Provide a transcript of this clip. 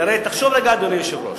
כי הרי תחשוב רגע, אדוני היושב-ראש.